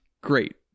Great